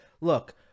look